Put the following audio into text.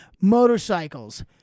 Motorcycles